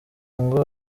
ngo